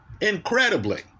incredibly